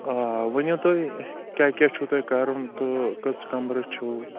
آ ؤنِو تُہۍ کیٛاہ کیٛاہ چھُو تۄہہِ کَرُن تہٕ کٔژ کَمرٕ چھُو